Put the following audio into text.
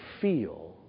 feel